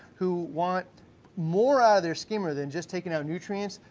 who want more outta their skimmer than just taking out nutrients.